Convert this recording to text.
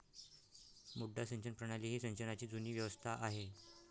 मुड्डा सिंचन प्रणाली ही सिंचनाची जुनी व्यवस्था आहे